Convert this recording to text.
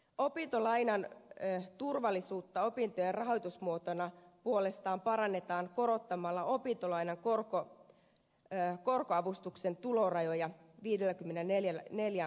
opintolainan turvallisuutta opintojen rahoitusmuotona puolestaan parannetaan korottamalla opintolainan korkoavustuksen tulorajaaja viidellä kymmenen neljä neljä